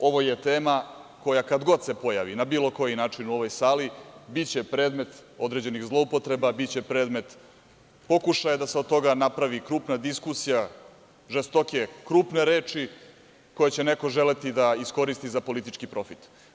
ovo tema koja, kad god se pojavi na bilo koji način u ovoj sali, biće predmet određenih zloupotreba, pokušaja da se od toga napravi krupna diskusija, žestoke, krupne reči koje će neko želeti da iskoristi za politički profit.